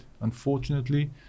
Unfortunately